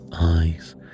eyes